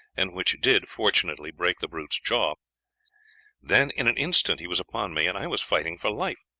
and which did fortunately break the brute's jaw then in an instant he was upon me, and i was fighting for life.